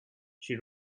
she